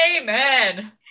Amen